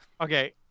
Okay